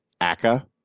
aka